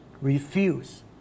refuse